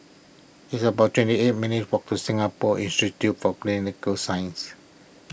it's about twenty eight minutes' walk to Singapore Institute for Clinical Sciences